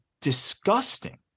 Disgusting